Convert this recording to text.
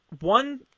one